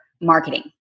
marketing